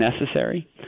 necessary